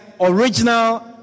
original